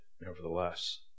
nevertheless